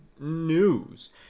news